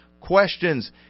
questions